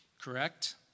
Correct